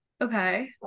Okay